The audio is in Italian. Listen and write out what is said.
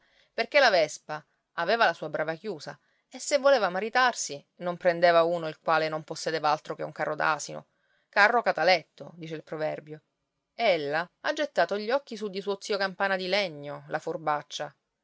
perché la vespa aveva la sua brava chiusa e se voleva maritarsi non prendeva uno il quale non possedeva altro che un carro da asino carro cataletto dice il proverbio ella ha gettato gli occhi su di suo zio campana di legno la furbaccia